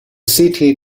city